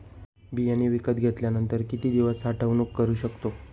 बियाणे विकत घेतल्यानंतर किती दिवस साठवणूक करू शकतो?